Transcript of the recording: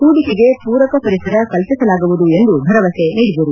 ಹೂಡಿಕೆಗೆ ಪೂರಕ ಪರಿಸರ ಕಲ್ಪಿಸಲಾಗುವುದು ಎಂದು ಭರವಸೆ ನೀಡಿದರು